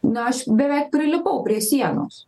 na aš beveik prilipau prie sienos